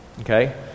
Okay